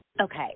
Okay